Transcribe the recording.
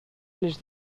les